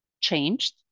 changed